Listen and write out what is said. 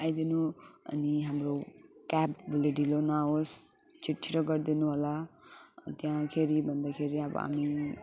आइदिनु अनि हाम्रो क्याब भोलि ढिलो नहोस् छिटो छिटो गरिदिनुहोला त्यहाँखेरि भन्दाखेरि अब हामी